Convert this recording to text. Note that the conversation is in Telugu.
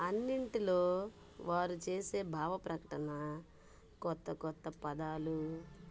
అన్నింటిలో వారు చేసే భావ ప్రకటన కొత్త కొత్త పదాలు